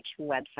website